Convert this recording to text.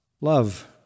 love